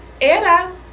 era